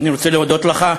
אני רוצה להודות לך,